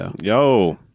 Yo